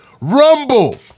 Rumble